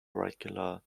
regular